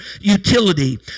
utility